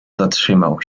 zatrzymał